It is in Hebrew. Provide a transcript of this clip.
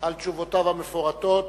על תשובותיו המפורטות.